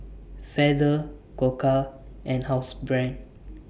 Feather Koka and Housebrand